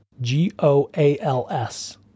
G-O-A-L-S